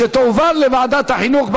שתועבר לוועדת החינוך,